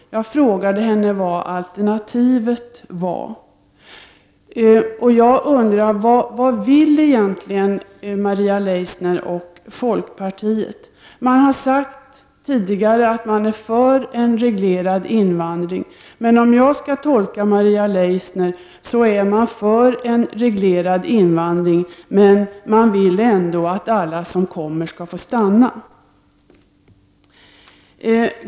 Jag frågade henne vad alternativet var. Jag undrar: Vad vill egentligen Maria Leissner och folkpartiet? Man har tidigare sagt att man är för en reglerad invandring, men som jag tolkar Maria Leissner är man för en reglerad invandring men vill ändå att alla som kommer skall få stanna.